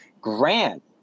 Grant